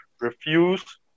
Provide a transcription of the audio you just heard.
refuse